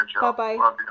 Bye-bye